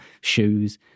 shoes